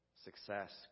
success